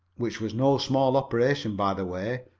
which was no small operation by the way,